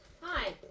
Hi